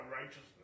righteousness